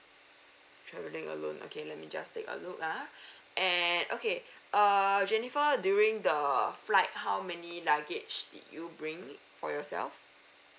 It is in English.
traveling alone okay let me just take a look ah and okay err jennifer during the flight how many luggage did you bring for yourself